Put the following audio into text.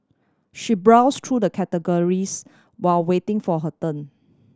she browse through the catalogues while waiting for her turn